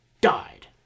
died